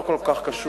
זה לא כל כך קשור,